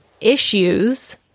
issues